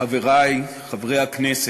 חברי חברי הכנסת,